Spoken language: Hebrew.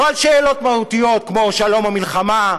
לא על שאלות מהותיות כמו שלום או מלחמה,